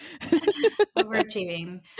Overachieving